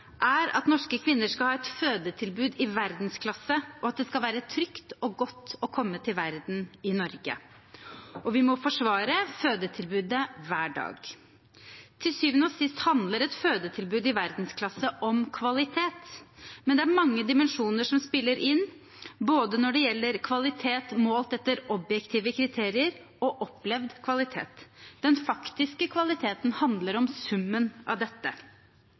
er at norske kvinner skal ha et fødetilbud i verdensklasse, og at det skal være trygt og godt å komme til verden i Norge. Vi må forsvare fødetilbudet hver dag. Til syvende og sist handler et fødetilbud i verdensklasse om kvalitet, men det er mange dimensjoner som spiller inn, når det gjelder både kvalitet målt etter objektive kriterier og opplevd kvalitet. Den faktiske kvaliteten handler om summen av dette.